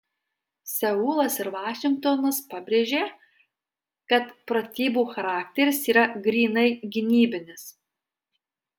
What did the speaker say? seulas ir vašingtonas pabrėžė kad pratybų charakteris yra grynai gynybinis